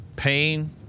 pain